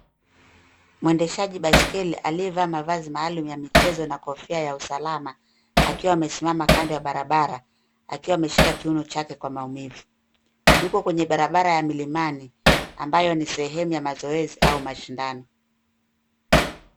Mwendeshaji baiskeli aliyevaa mavazi maalum ya michezo na kofia ya usalama, akiwa amesimama kando ya barabara, akiwa ameshika kiuno chake kwa maumivu. Yuko kwenye barabara ya milimani, ambayo ni sehemu ya mazoezi au mashindano.